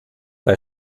bei